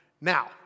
Now